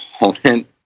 opponent